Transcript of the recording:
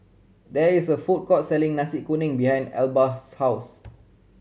there is a food court selling Nasi Kuning behind Elba's house